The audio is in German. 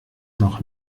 noch